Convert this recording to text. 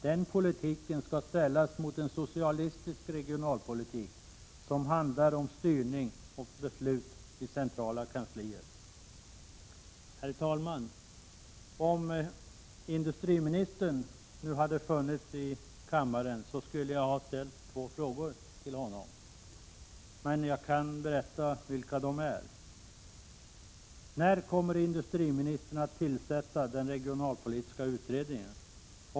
Den politiken skall ställas mot en socialistisk regionalpolitik som handlar om styrning och beslut i centrala kanslier. Herr talman! Om industriministern hade funnits i kammaren skulle jag ha ställt två frågor till honom. Dessa frågor är: När kommer industriministern att tillsätta den regionalpolitiska utredningen?